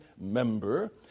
member